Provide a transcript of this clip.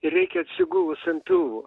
ir reikia atsigulus ant pilvo